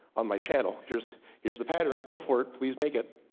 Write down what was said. on my channel. here's here's the pattern, go for it. please make it.